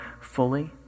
fully